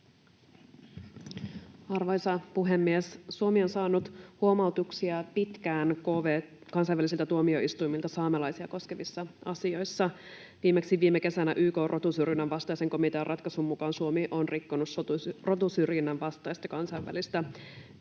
Arvoisa puhemies! Suomi on saanut pitkään huomautuksia kansainvälisiltä tuomioistuimilta saamelaisia koskevissa asioissa. Viimeksi viime kesänä YK:n rotusyrjinnän vastaisen komitean ratkaisun mukaan Suomi on rikkonut rotusyrjinnän vastaista kansainvälistä yleissopimusta.